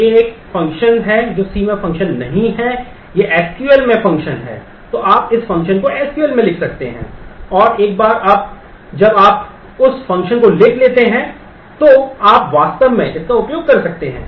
और एक बार जब आप उस फ़ंक्शन को लिख लेते हैं तो आप वास्तव में इसका उपयोग कर सकते हैं